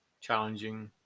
challenging